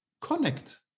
connect